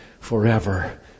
forever